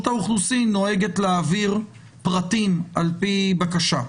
האוכלוסין נוהגת להעביר פרטים על-פי בקשה.